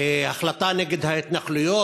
החלטה נגד ההתנחלויות,